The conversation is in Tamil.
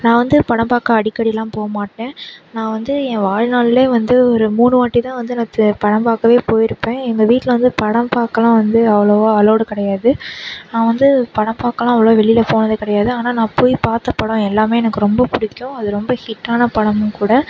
நான் வந்து படம் பார்க்க அடிக்கடிலாம் போக மாட்டேன் நான் வந்து என் வாழ்நாள்ல வந்து ஒரு மூணு வாட்டி தான் வந்து நான் சே படம் பார்க்கவே போயிருப்பேன் எங்கள் வீட்டில் வந்து படம் பார்க்கலாம் வந்து அவ்வளோவா அலோடு கிடையாது நான் வந்து படம் பார்க்கலாம் அவ்வளோ வெளியில போனதே கிடையாது ஆனால் நான் போய் பார்த்த படம் எல்லாமே எனக்கு ரொம்ப பிடிக்கும் அது ரொம்ப ஹிட்டான படமும் கூட